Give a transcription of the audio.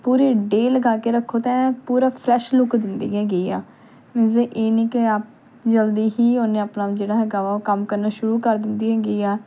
ਪੂਰੇ ਡੇ ਲਗਾ ਕੇ ਰੱਖੋ ਤਾਂ ਐਨ ਪੂਰਾ ਫਰੈਸ਼ ਲੁੱਕ ਦਿੰਦੀ ਹੈਗੀ ਆ ਮੀਨਜ਼ ਇਹ ਨਹੀਂ ਕਿ ਆਪ ਜਲਦੀ ਹੀ ਉਹਨੇ ਆਪਣਾ ਜਿਹੜਾ ਹੈਗਾ ਵਾ ਉਹ ਕੰਮ ਕਰਨਾ ਸ਼ੁਰੂ ਕਰ ਦਿੰਦੀ ਹੈਗੀ ਆ